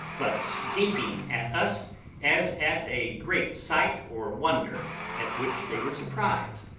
but gaping at us as at a great sight or wonder at which they were surprised,